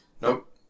Nope